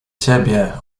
ciebie